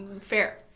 fair